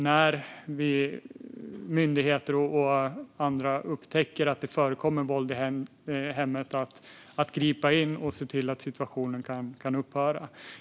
När myndigheter och andra upptäcker att det förekommer våld i hemmet måste man gripa in och se till att situationen kan upphöra.